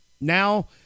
Now